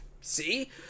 see